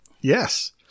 Yes